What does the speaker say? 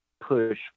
push